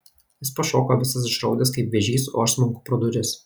jis pašoka visas išraudęs kaip vėžys o aš smunku pro duris